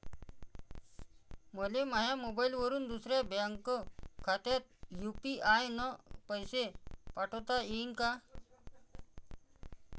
मले माह्या मोबाईलवरून दुसऱ्या बँक खात्यात यू.पी.आय न पैसे पाठोता येईन काय?